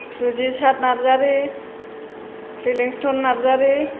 जुजिसाद नार्जारि प्रिलिन्सट'न नार्जारि